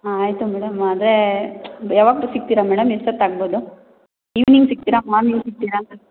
ಹಾಂ ಆಯಿತು ಮೇಡಮ್ ಅದೇ ಯಾವತ್ತು ಸಿಗ್ತೀರ ಮೇಡಮ್ ಎಷ್ಟೊತ್ತಾಗ್ಬೋದು ಇವ್ನಿಂಗ್ ಸಿಗ್ತೀರಾ ಮಾರ್ನಿಂಗ್ ಸಿಗ್ತೀರಾ